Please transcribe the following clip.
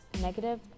negative